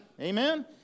Amen